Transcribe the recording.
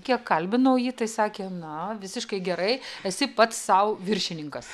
kiek kalbinau jį tai sakė na visiškai gerai esi pats sau viršininkas